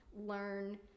Learn